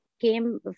came